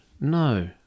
no